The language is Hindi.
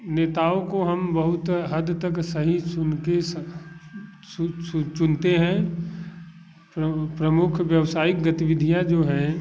नेताओं को हम बहुत हद तक सही सुन के चुनते हैं प्रमुख व्यावसायिक गतिविधियाँ जो हैं